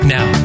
Now